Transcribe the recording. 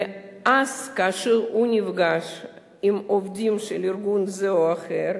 ואז, כאשר הוא נפגש עם עובדים של ארגון זה או אחר,